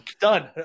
done